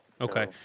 Okay